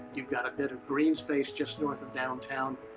you've got a bit of green space just north of downtown.